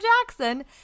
Jackson